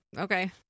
Okay